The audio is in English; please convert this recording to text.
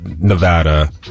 nevada